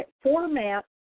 format